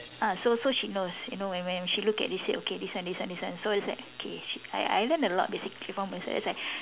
ah so so she knows you know when when she look at this said okay this one this one this one so it's like okay she I I learnt a lot basically from her so it's like